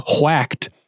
whacked